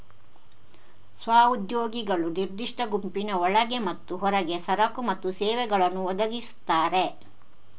ಸ್ವ ಉದ್ಯೋಗಿಗಳು ನಿರ್ದಿಷ್ಟ ಗುಂಪಿನ ಒಳಗೆ ಮತ್ತು ಹೊರಗೆ ಸರಕು ಮತ್ತು ಸೇವೆಗಳನ್ನು ಒದಗಿಸ್ತಾರೆ